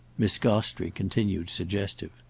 miss gostrey continued suggestive.